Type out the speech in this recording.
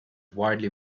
widely